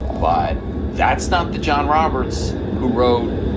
but that's not the john roberts who wrote,